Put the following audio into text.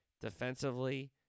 defensively